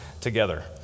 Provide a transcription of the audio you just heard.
together